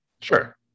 Sure